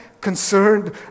concerned